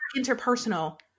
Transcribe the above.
interpersonal